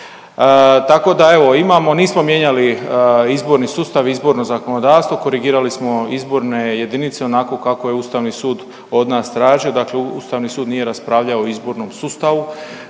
Tako da evo imamo nismo mijenjali izborni sustav, izborno zakonodavstvo, korigirali smo izborne jedinice onako kako je Ustavni sud od nas tražio. Dakle, Ustavni sud nije raspravljao o izbornom sustavu